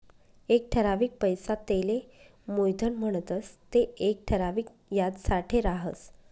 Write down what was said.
एक ठरावीक पैसा तेले मुयधन म्हणतंस ते येक ठराविक याजसाठे राहस